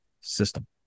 system